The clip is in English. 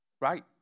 Right